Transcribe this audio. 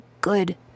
good